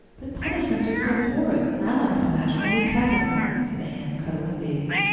but punishments are so horrid and i like to imagine only pleasant things, said anne, cuddling davy.